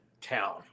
town